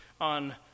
on